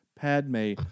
Padme